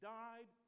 died